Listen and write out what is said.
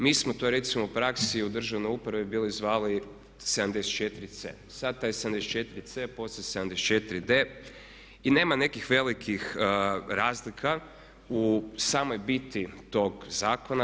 Mi smo, to je recimo u praksi u državnoj upravi bili zvali 74C, sada taj 74C, poslije 74D i nema nekih velikih razlika u samoj biti tog zakona.